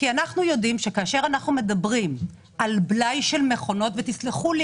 אנחנו יודעים שכאשר אנחנו מדברים על בלאי של מכונות ותסלחו לי